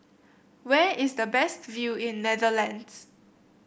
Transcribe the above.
where is the best view in Netherlands